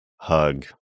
hug